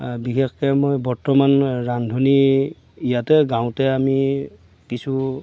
বিশেষকৈ মই বৰ্তমান ৰান্ধনীৰ ইয়াতে গাঁৱতে আমি কিছু